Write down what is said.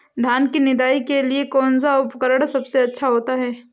धान की निदाई के लिए कौन सा उपकरण सबसे अच्छा होता है?